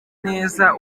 neza